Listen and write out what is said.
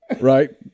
right